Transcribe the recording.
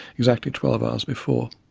exactly twelve hours before.